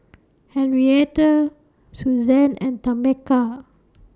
Henriette Suzanne and Tameka